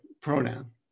pronoun